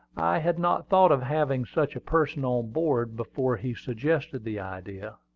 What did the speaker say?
i had not thought of having such a person on board before he suggested the idea.